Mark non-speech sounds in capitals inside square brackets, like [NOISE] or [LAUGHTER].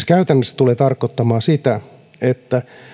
[UNINTELLIGIBLE] käytännössä tulee tarkoittamaan sitä että